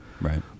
Right